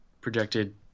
projected